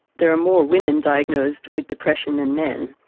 there are more women diagnosed with depression than men,